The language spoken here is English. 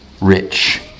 rich